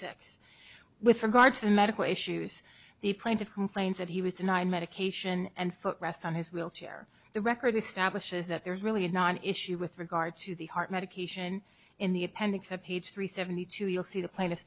six with regard to medical issues the plaintiff complains that he was in one medication and foot rests on his wheelchair the record establishes that there is really a non issue with regard to the heart medication in the appendix of page three seventy two you'll see the pla